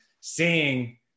seeing